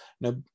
Now